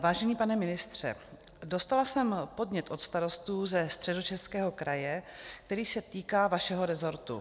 Vážený pane ministře, dostala jsem podnět od starostů ze Středočeského kraje, který se týká vašeho resortu.